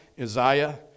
Isaiah